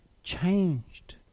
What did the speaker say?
changed